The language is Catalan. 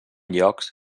llocs